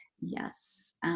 Yes